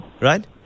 Right